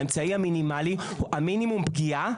האמצעי המינימלי, מינימום פגיעה.